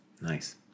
Nice